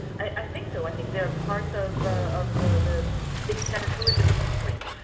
i i think so. i think they're part of the of the big thanatourism industry.